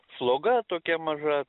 sloga tokia maža